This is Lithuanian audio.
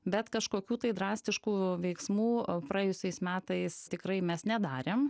bet kažkokių tai drastiškų veiksmų praėjusiais metais tikrai mes nedarėm